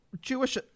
Jewish